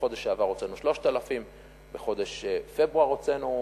בחודש שעבר הוצאנו 3,000. בחודש פברואר הוצאנו